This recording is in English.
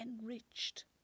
enriched